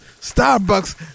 Starbucks